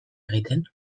egiten